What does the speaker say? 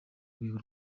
rwego